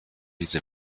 diese